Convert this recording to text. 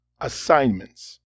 Assignments